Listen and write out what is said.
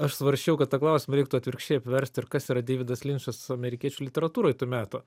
aš svarsčiau kad tą klausimą reiktų atvirkščiai apversti ir kas yra deividas linčas amerikiečių literatūroj to meto